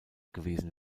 gewesen